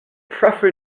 prefer